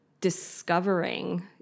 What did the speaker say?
discovering